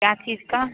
क्या चीज़ का